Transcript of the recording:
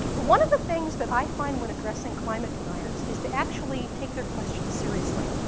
ah one of the things that i find when addressing climate deniers is to actually take their questions seriously.